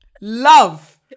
love